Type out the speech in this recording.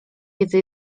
wiedzy